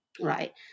right